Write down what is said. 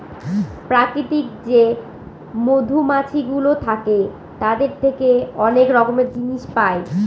প্রাকৃতিক যে মধুমাছিগুলো থাকে তাদের থেকে অনেক রকমের জিনিস পায়